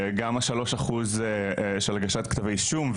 גם ה 3% של הגשת כתבי אישום,